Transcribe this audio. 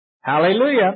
Hallelujah